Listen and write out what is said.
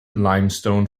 limestone